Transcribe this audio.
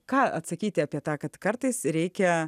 ką atsakyti apie tą kad kartais reikia